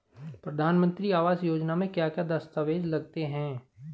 प्रधानमंत्री आवास योजना में क्या क्या दस्तावेज लगते हैं?